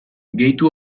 gehitu